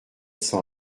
sans